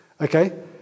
okay